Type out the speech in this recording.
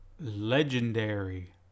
legendary